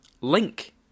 Link